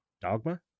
Dogma